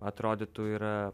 atrodytų yra